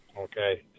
Okay